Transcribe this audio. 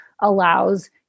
allows